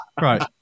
right